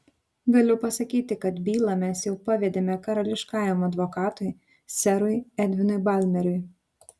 galiu pasakyti kad bylą mes jau pavedėme karališkajam advokatui serui edvinui balmeriui